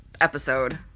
episode